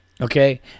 Okay